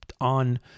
on